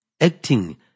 acting